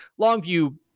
Longview